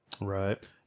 Right